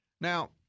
Now